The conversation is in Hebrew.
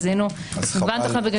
וזיהינו מגוון תוכניות.